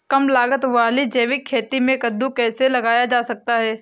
कम लागत वाली जैविक खेती में कद्दू कैसे लगाया जा सकता है?